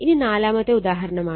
ഇനി നാലാമത്തെ ഉദാഹരണമാണ്